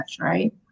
right